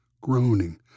groaning